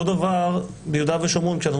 אותו דבר ביהודה ושומרון כשאנחנו